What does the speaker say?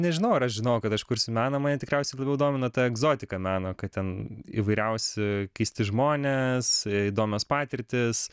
nežinau ar aš žinojau kad aš kursiu meną mane tikriausiai labiau domino ta egzotika meno kad ten įvairiausi keisti žmonės įdomios patirtys